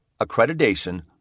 accreditation